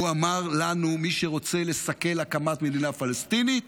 הוא אמר לנו: מי שרוצה לסכל הקמת מדינה פלסטינית